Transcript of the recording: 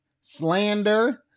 slander